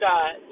God